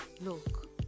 look